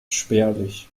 spärlich